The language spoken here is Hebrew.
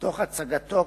תוך הצגתו